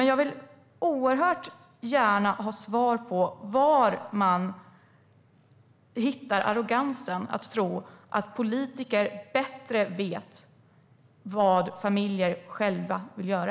Jag vill oerhört gärna få svar på var man hittar arrogansen att tro att politiker bättre vet vad familjer själva vill göra.